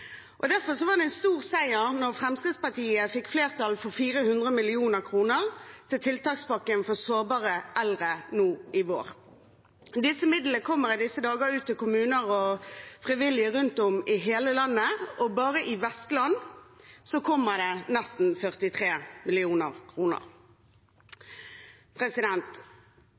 siste. Derfor var det en stor seier da Fremskrittspartiet fikk flertall for 400 mill. kr til tiltakspakken for sårbare eldre nå i vår. De midlene kommer i disse dager ut til kommuner og frivillige rundt om i hele landet, og bare i Vestland kommer det nesten 43